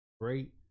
great